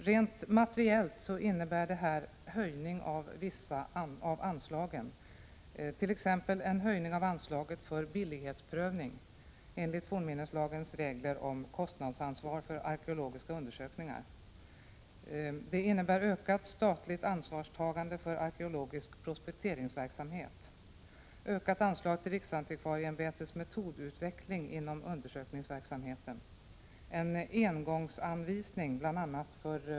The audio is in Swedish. Rent materiellt innebär detta höjning av vissa anslag, t.ex.